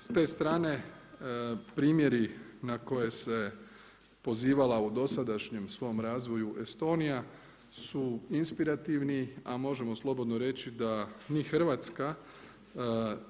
S te strane, primjeri, na koje se pozivala u dosadašnjem svom razvoju Estonija, su inspirativni, a možemo slobodno reći, da ni Hrvatska,